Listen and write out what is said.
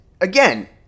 again